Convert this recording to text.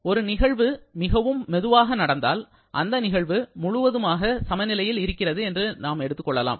ஒரு நிகழ்வு மிகவும் மெதுவாக நடந்தால் அந்த நிகழ்வு முழுவதுமாக சமநிலையில் இருக்கிறது என்று எடுத்துக்கொள்ளலாம்